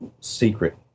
secret